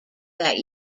that